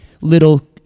little